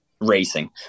racing